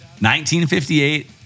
1958